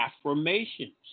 affirmations